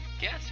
Guess